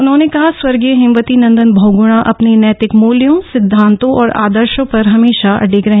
उन्होंने कहा स्वर्गीय हेमवती नंदन बहग्णा अपने नैतिक मुल्यों सिद्धांतों और आदर्शो पर हमेशा अडिग रहे